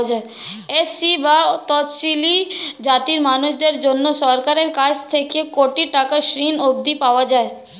SC বা তফশিলী জাতির মানুষদের জন্যে সরকারের কাছ থেকে কোটি টাকার ঋণ অবধি পাওয়া যায়